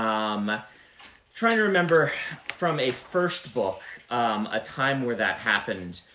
i'm trying to remember from a first book a time where that happened.